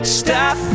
stop